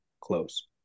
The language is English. close